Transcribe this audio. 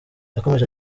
yakomeje